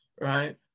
Right